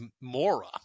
Mora